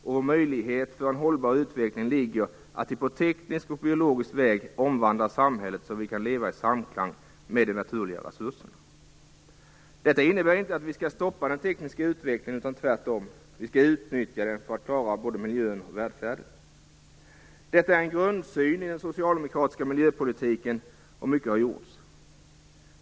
Vår möjlighet att skapa en hållbar utveckling ligger i att på teknisk och biologisk väg omvandla samhället så att vi kan leva i samklang med de naturliga resurserna. Detta innebär inte att vi skall stoppa den tekniska utvecklingen, tvärt om. Vi skall utnyttja den för att klara både miljön och välfärden. Detta är en grundsyn i den socialdemokratiska miljöpolitiken, och mycket har gjorts.